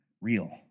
real